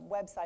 website